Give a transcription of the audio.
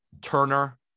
Turner